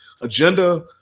agenda